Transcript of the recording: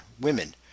women